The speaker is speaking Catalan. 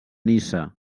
niça